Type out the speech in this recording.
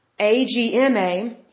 AGMA